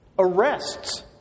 arrests